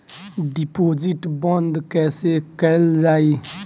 Deposit बंद कैसे कैल जाइ?